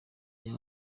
rya